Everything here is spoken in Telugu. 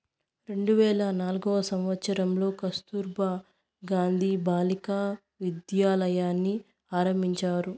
రెండు వేల నాల్గవ సంవచ్చరంలో కస్తుర్బా గాంధీ బాలికా విద్యాలయని ఆరంభించారు